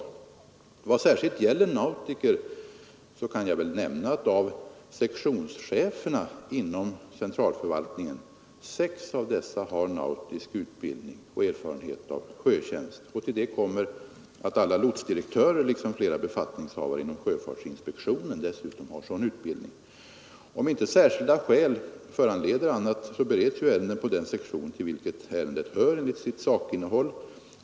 I vad särskilt gäller nautiker kan jag nämnda att av sektionscheferna inom centralförvaltningen sex har nautisk utbildning och erfarenhet av sjötjänst. Till det kommer att alla lotsdirektörer liksom flera befattningshavare inom sjöfartsinspektionen har sådan utbildning. Om inte särskilda skäl föranleder annat bereds ärenden inom den sektion till vilket ärendet hör enligt sitt sakinnehåll.